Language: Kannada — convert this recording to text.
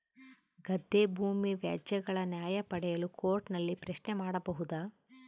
ಗದ್ದೆ ಭೂಮಿ ವ್ಯಾಜ್ಯಗಳ ನ್ಯಾಯ ಪಡೆಯಲು ಕೋರ್ಟ್ ನಲ್ಲಿ ಪ್ರಶ್ನೆ ಮಾಡಬಹುದಾ?